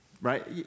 Right